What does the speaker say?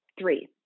Three